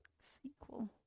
Sequel